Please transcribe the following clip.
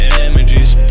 images